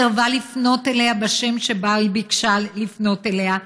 סירבה לפנות אליה בשם שבו היא ביקשה לפנות אליה,